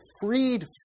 freed